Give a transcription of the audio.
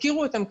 הזכירו אותם.